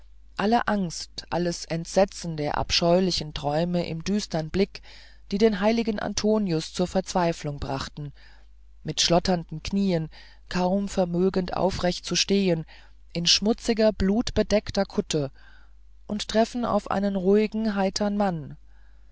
alle angst alles entsetzen der abscheulichen träume im düstern blick die den heiligen antonius zur verzweiflung brachten mit schlotternden knieen kaum vermögend aufrecht zu stehen in schmutziger blutbedeckter kutte und treffen auf einen ruhigen heitern mann